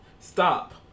Stop